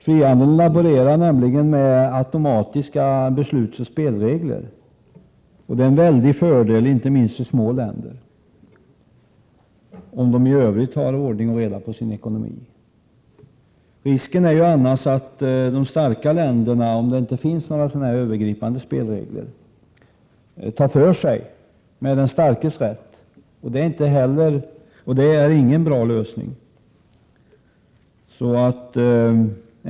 Frihandeln laborerar med automatiska beslutsoch spelregler, och det är en stor fördel, inte minst för små länder, om de i övrigt har ordning och reda i sin ekonomi. Risken är annars, om det inte finns några övergripande spelregler, att de starka länderna tar för sig med den starkes rätt. Det är inte någon bra lösning.